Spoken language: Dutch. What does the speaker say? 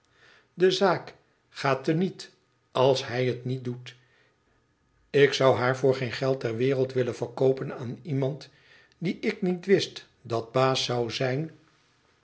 de zaak gaat te niet als hij het niet doet ik zou haar voor geen geld ter wereld willen verkoopen aan iemand die ik niet wist dat baas zou zijn